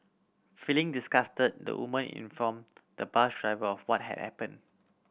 feeling disgusted the woman inform the bus driver of what had happen